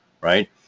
right